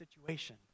situation